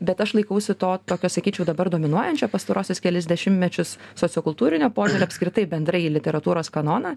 bet aš laikausi to tokio sakyčiau dabar dominuojančio pastaruosius kelis dešimtmečius sociokultūrinio požiūrio apskritai bendrai į literatūros kanoną